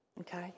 Okay